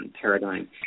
paradigm